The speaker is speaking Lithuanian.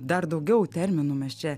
dar daugiau terminų mes čia